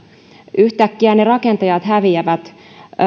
yhtäkkiä ne rakentajat häviävät